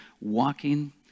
walking